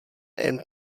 and